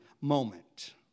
moment